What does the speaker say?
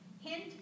Hint